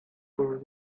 for